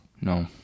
No